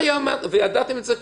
לכל מה שאתה אומר, אנחנו נותנים.